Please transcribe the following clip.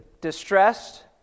distressed